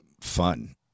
fun